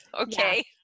Okay